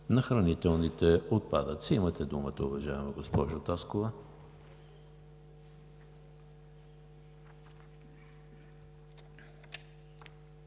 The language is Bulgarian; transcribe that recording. на хранителните отпадъци. Имате думата, уважаема госпожо Таскова.